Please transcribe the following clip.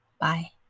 Bye